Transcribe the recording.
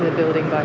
building